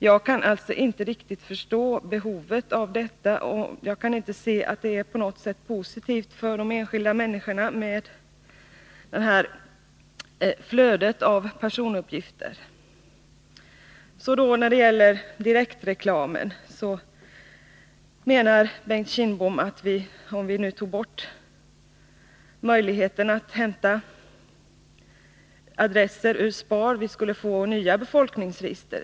Jag kan inte riktigt förstå behovet av detta, och jag kan inte se att det på något sätt är positivt för de enskilda människorna med detta flöde av personuppgifter. Beträffande direktreklamen menade Bengt Kindbom, att om vi nu tog bort möjligheten att hämta adresser ur SPAR, skulle vi få nya befolkningsregister.